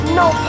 no